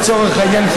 לצורך העניין,